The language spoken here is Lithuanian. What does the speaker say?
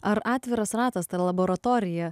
ar atviras ratas ta laboratorija